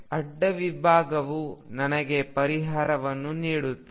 ಅಡ್ಡ ವಿಭಾಗವು ನನಗೆ ಪರಿಹಾರವನ್ನು ನೀಡುತ್ತದೆ